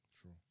True